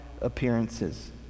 appearances